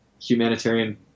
humanitarian